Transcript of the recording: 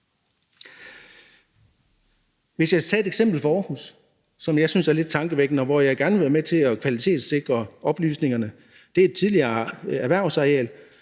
komme med et eksempel fra Aarhus, som jeg synes er lidt tankevækkende, og hvor jeg gerne vil være med til at kvalitetssikre oplysningerne. Det er et tidligere erhvervsareal,